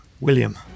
William